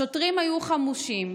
השוטרים היו חמושים